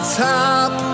top